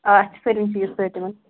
آ اَسہِ چھِ سٲلِم چیٖز سۭتۍ یِمن